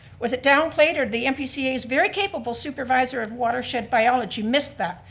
was it downplayed or the npca's very capable supervisor of watershed biology miss that?